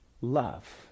love